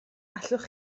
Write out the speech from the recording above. allwch